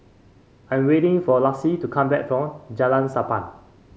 I am waiting for Lacie to come back from Jalan Sappan